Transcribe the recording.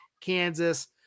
Kansas